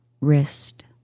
wrist